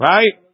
Right